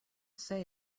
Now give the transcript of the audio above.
say